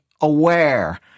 aware